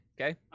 Okay